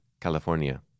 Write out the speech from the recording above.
California